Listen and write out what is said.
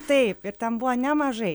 taip ir ten buvo nemažai